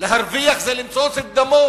להרוויח ולמצוץ את דמו